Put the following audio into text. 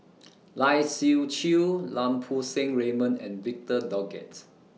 Lai Siu Chiu Lau Poo Seng Raymond and Victor Doggett